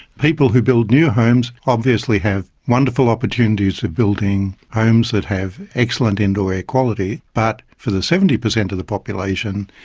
people who build new homes obviously have wonderful opportunities of building homes that have excellent indoor air quality. but for seventy percent of the population,